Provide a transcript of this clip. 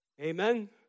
Amen